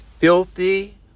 filthy